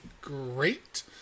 great